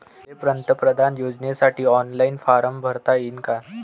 मले पंतप्रधान योजनेसाठी ऑनलाईन फारम भरता येईन का?